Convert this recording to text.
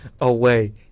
away